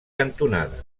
cantonada